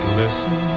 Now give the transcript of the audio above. listen